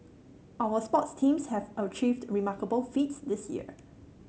our sports teams have achieved remarkable feats this year